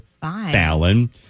Fallon